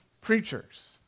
preachers